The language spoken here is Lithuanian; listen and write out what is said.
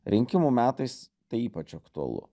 rinkimų metais tai ypač aktualu